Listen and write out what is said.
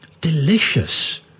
delicious